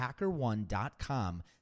HackerOne.com